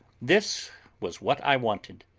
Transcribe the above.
this was what i wanted.